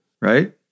right